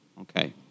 Okay